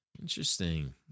Interesting